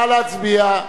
נא להצביע.